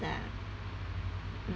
lah